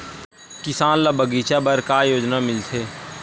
किसान ल बगीचा बर का योजना मिलथे?